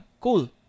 cool